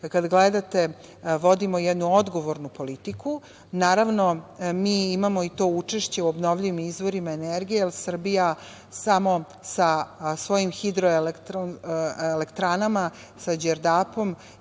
kada gledate, vodimo jednu odgovornu politiku. Naravno, mi imamo i to učešće u obnovljivim izvorima energije, jer Srbija samo sa svojim hidroelektranama, sa Đerdapom